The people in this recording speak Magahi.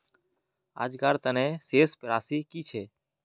आजकार तने शेष राशि कि छे?